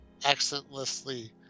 accentlessly